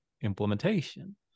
implementation